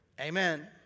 Amen